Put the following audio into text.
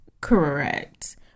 Correct